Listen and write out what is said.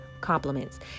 compliments